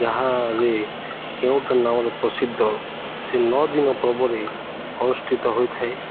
ଯାହାରେ କେଉଟ ନାମରେ ପ୍ରସିଦ୍ଧ ସେ ନଅ ଦିନ ପର୍ବରେ ଅନୁଷ୍ଠିତ ହୋଇଥାଏ